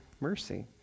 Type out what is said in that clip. mercy